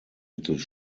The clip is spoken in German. mittels